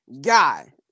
guy